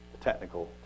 technical